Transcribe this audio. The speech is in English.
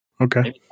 Okay